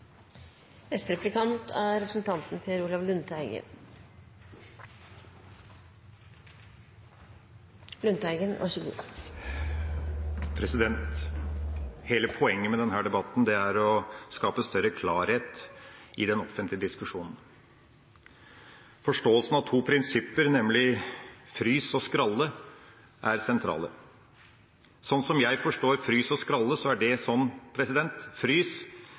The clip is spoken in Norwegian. Hele poenget med denne debatten er å skape større klarhet i den offentlige diskusjonen. Forståelsen av to prinsipper, nemlig «frys» og «skralle», er sentral. Sånn som jeg forstår «frys» og «skralle», er «frys» at det